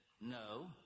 no